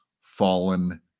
fallen